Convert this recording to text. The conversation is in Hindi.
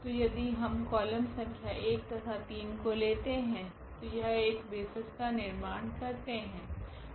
तो यदि हम कॉलम संख्या 1 तथा 3 को लेते है तो यह एक बेसिस का निर्माण करते है